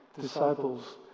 disciples